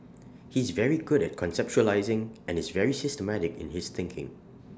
he's very good at conceptualising and is very systematic in his thinking